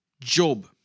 Job